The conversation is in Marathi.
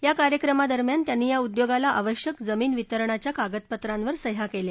या कार्यक्रमादरम्यान त्यांनी या उद्योगाला आवश्यक जमीन वितरणाच्या कागदपत्रांवर सह्या केल्या